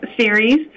series